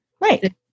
Right